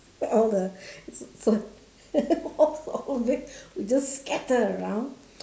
all the all of it just scatter around